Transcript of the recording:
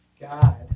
God